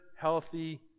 healthy